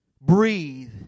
Breathe